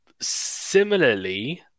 Similarly